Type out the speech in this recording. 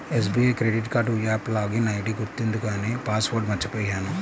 SBI credit card app login ID గుర్తుంది కానీ password మర్చిపొయ్యాను